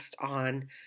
on